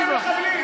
מחבלים שלכם.